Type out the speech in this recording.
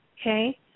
Okay